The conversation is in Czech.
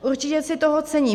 Určitě si toho cením.